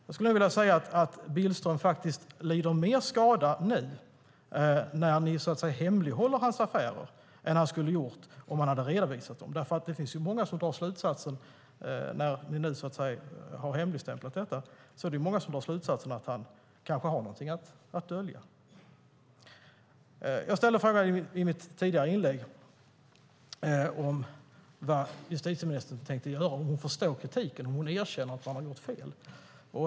Jag skulle vilja säga att Billström lider mer skada nu när ni hemlighåller hans affärer än om han hade redovisat dem. När ni nu har hemligstämplat detta finns det många som drar slutsatsen att han kanske har något att dölja. I mitt tidigare inlägg frågade jag vad justitieministern tänkte göra, om hon förstår kritiken och erkänner att man har gjort fel.